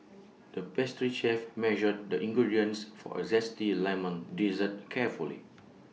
the pastry chef measured the ingredients for A Zesty Lemon Dessert carefully